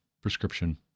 prescription